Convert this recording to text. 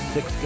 Six